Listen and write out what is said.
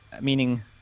Meaning